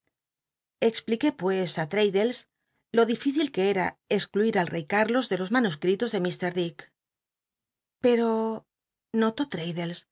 expliqué pues á traddles lo difícil que era excluir ni rey cárlos de los manuscritos de mr dick pero notó